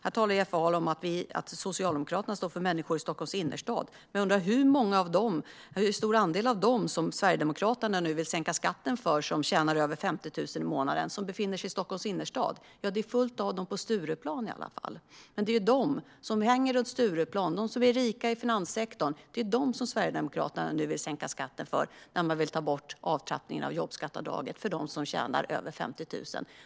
Jeff Ahl talar om att Socialdemokraterna står för människor i Stockholms innerstad. Jag undrar hur stor andel av dem som Sverigedemokraterna nu vill sänka skatten för, som tjänar över 50 000 i månaden, som befinner sig i Stockholms innerstad. Det är i alla fall fullt av dem på Stureplan. Det är för dem som hänger runt Stureplan, som är rika i finanssektorn, som Sverigedemokraterna nu vill sänka skatten när man vill ta bort avtrappningen av jobbskatteavdraget för dem som tjänar över 50 000.